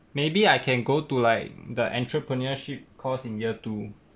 maybe I can go to like the entrepreneurship course in year two